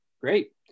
great